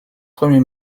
premier